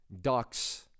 ducks